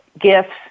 gifts